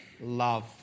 love